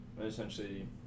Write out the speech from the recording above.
Essentially